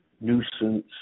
nuisance